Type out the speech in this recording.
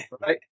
Right